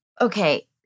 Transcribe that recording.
okay